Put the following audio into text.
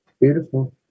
Beautiful